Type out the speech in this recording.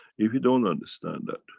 if you don't understand that,